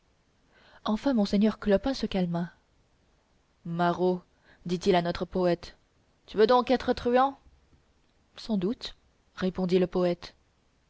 enfin monseigneur clopin se calma maraud dit-il à notre poète tu veux donc être truand sans doute répondit le poète